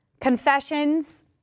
Confessions